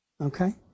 Okay